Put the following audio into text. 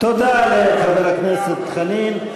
תודה לחבר הכנסת חנין.